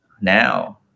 now